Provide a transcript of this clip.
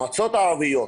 המועצות הערביות,